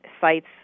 sites